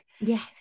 Yes